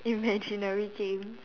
imaginary game